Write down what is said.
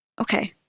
Okay